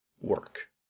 work